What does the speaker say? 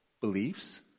beliefs